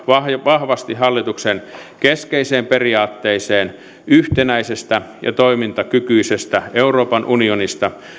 vahvasti hallituksen keskeiseen periaatteeseen yhtenäisestä ja toimintakykyisestä euroopan unionista